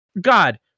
God